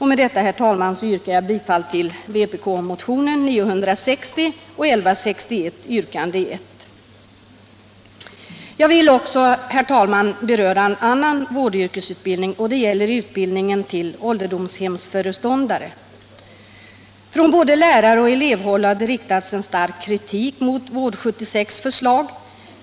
Med detta, herr talman, yrkar jag bifall till vpk-motionerna 960 och 1161, yrkande 1. Jag vill också, herr talman, beröra en annan vårdyrkesutbildning — det gäller utbildningen till ålderdomshemsföreståndare. Från både läraroch elevhåll har stark kritik riktats mot VÅRD-76 förslag.